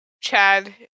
Chad